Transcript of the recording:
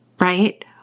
right